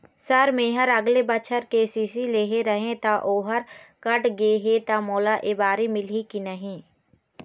Sir मेहर अगले बछर के.सी.सी लेहे रहें ता ओहर कट गे हे ता मोला एबारी मिलही की नहीं?